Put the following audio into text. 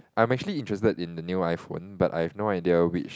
I'm actually interested in the new iPhone but I have no idea which